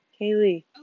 Kaylee